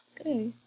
Okay